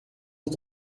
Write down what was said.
tot